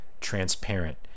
transparent